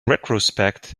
retrospect